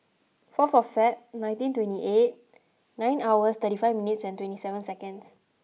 four of Feb nineteen twenty eight nine hours thirty five minutes and twenty seven seconds